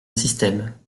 système